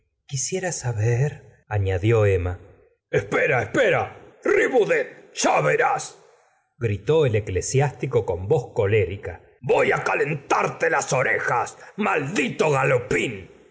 quisiera saber añadió emma espera espera riboudet ya verás gritó el eclesiástico con voz colérica voy it calentarte las orejas maldito galopín